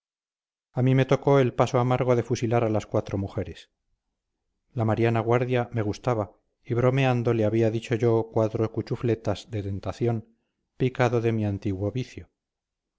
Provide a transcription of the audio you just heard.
a mí me tocó el paso amargo de fusilar a las cuatro mujeres la mariana guardia me gustaba y bromeando le había dicho yo cuatro cuchufletas de tentación picado de mi antiguo vicio